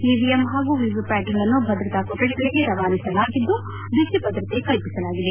EVM ಹಾಗೂ VVPAT ಗಳನ್ನು ಭದ್ರತಾ ಕೊರಡಿಗಳಿಗೆ ರವಾನಿಸಲಾಗಿದ್ದು ಬಿಗಿ ಭದ್ರತೆ ಕಲ್ಪಿಸಲಾಗಿದೆ